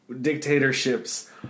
dictatorships